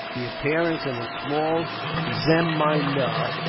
the appearance of a small zemindar,